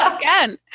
Again